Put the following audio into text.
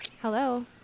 Hello